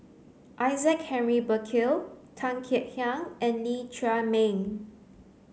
Isaac Henry Burkill Tan Kek Hiang and Lee Chiaw Meng